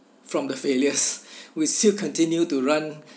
from the failures we still continue to run